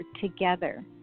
together